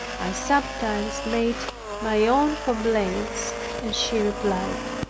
i sometimes made my own complaint and she replied,